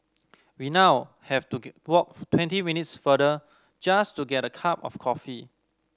we now have to walk twenty minutes farther just to get a cup of coffee